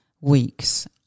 weeks